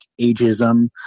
ageism